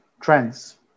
trends